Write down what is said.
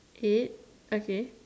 eight okay